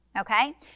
okay